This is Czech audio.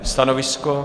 Stanovisko?